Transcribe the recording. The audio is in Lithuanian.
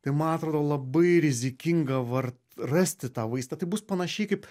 tai man atrodo labai rizikinga var rasti tą vaistą tai bus panašiai kaip